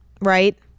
right